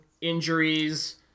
injuries